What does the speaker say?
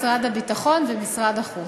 משרד הביטחון ומשרד החוץ.